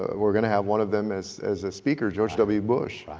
ah we're going to have one of them as as a speaker, george w. bush,